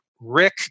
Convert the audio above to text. Rick